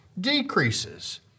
decreases